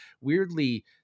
weirdly